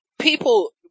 people